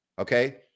okay